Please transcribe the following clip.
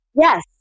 yes